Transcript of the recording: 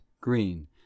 green